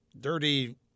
dirty